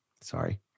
sorry